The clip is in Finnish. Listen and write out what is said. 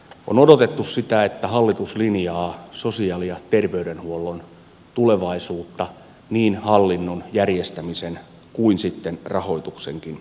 on odotettu sitä että hallitus linjaa sosiaali ja terveydenhuollon tulevaisuutta niin hallinnon järjestämisen kuin sitten rahoituksenkin osalta